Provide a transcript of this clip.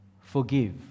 Forgive